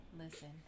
Listen